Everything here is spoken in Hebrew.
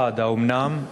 1. האומנם?